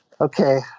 Okay